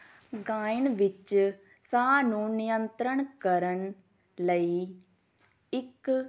ਗਾਇਨ ਵਿੱਚ ਸਾਹ ਨੂੰ ਨਿਯੰਤਰਣ ਕਰਨ ਲਈ ਇੱਕ